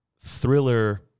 thriller